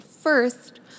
First